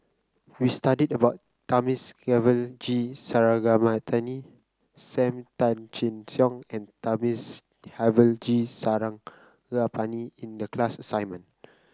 we studied about Thamizhavel G Sarangapani Sam Tan Chin Siong and Thamizhavel G Sarangapani in the class assignment